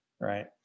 Right